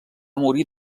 morir